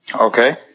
Okay